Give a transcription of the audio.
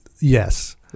Yes